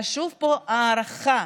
חשובה פה ההערכה.